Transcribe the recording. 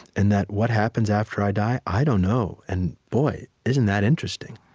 and that what happens after i die? i don't know. and, boy, isn't that interesting?